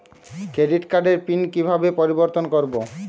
Credit কার্ডের pin কিভাবে পরিবর্তন করবো?